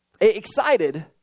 Excited